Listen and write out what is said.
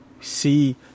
see